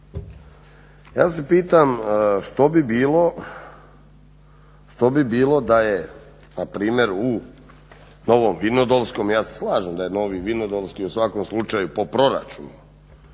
Ja se pitam što bi bilo da je na primjer u Novom Vinodolskom, ja se slažem da je Novi Vinodolski u svakom slučaju po proračunu